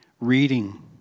reading